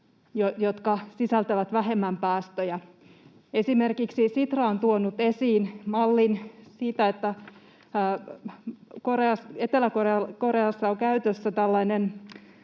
jotka sisältävät vähemmän päästöjä. Esimerkiksi Sitra on tuonut esiin mallin siitä, että Etelä-Koreassa on käytössä